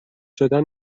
شدن